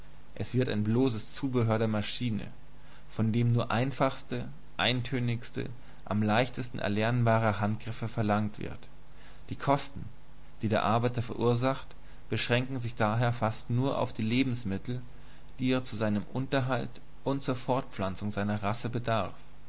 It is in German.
er wird ein bloßes zubehör der maschine von dem nur der einfachste eintönigste am leichtesten erlernbare handgriff verlangt wird die kosten die der arbeiter verursacht beschränken sich daher fast nur auf die lebensmittel die er zu seinem unterhalt und zur fortpflanzung seiner race bedarf